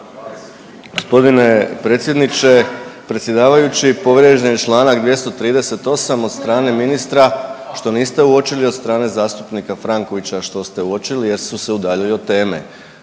Gospodine predsjedniče, predsjedavajući povrijeđen je Članak 238. od strane ministra što niste uočili od strane zastupnika Frankovića, a što ste uočili jer su se udaljili od teme.